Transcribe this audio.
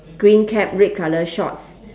green cap red colour shorts